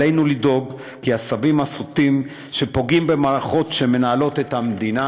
עלינו לדאוג כי העשבים השוטים שפוגעים במערכות שמנהלות את המדינה